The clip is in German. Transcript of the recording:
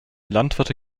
landwirte